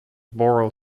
borel